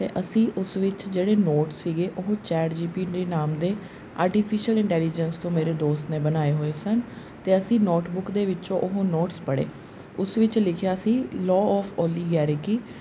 ਅਤੇ ਅਸੀਂ ਉਸ ਵਿੱਚ ਜਿਹੜੇ ਨੋਟ ਸੀਗੇ ਉਹ ਚੈਟ ਜੀਪੀਟੀ ਲਈ ਨਾਮ ਦੇ ਆਰਟੀਫਿਸ਼ਅਲ ਇੰਟੈਲੀਜੈਂਸ ਤੋਂ ਮੇਰੇ ਦੋਸਤ ਨੇ ਬਣਾਏ ਹੋਏ ਸਨ ਅਤੇ ਅਸੀਂ ਨੋਟਬੁੱਕ ਦੇ ਵਿੱਚੋਂ ਉਹ ਨੋਟਸ ਪੜ੍ਹੇ ਉਸ ਵਿੱਚ ਲਿਖਿਆ ਸੀ ਲੋਅ ਔਫ ਓਲੀਗਾਰਕੀ